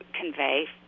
convey